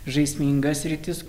žaisminga sritis